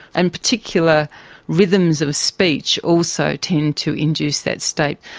and particular rhythms of speech also tend to induce that state.